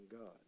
God